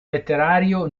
letterario